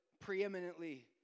preeminently